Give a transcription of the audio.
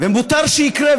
ומותר שיקרה,